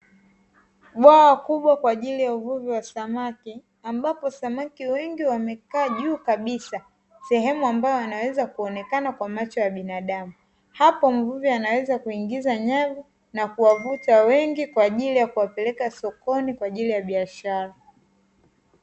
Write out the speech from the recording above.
Bwawa kubwa kwa ajili ya uvuvi wa samaki, ambapo samaki wengi wamekaa juu kabisa, sehemu ambayo wanaweza kuonekana kwa macho ya binadamu, hapo mvuvi anaweza kuingiza nyavu na kuwavuta wengi kwa ajili ya kuwapeleka sokoni kwa ajili ya biashara.